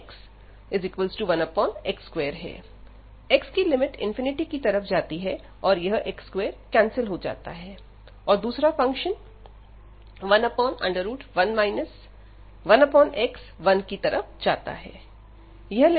x की limit की तरफ जाती है और यह x2 कैंसिल हो जाता है और दूसरा फंक्शन 11 1x 1 की तरफ जाता है